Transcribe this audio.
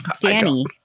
Danny